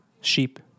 sheep